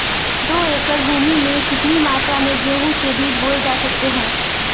दो एकड़ भूमि में कितनी मात्रा में गेहूँ के बीज बोये जा सकते हैं?